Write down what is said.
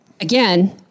again